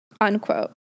unquote